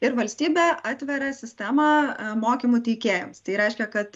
ir valstybė atveria sistemą mokymų teikėjams tai reiškia kad